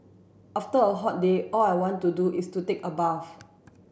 after a hot day all I want to do is to take a bath